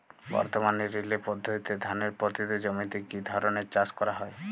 বর্তমানে রিলে পদ্ধতিতে ধানের পতিত জমিতে কী ধরনের চাষ করা হয়?